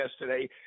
yesterday